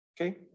okay